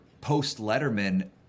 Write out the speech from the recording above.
post-Letterman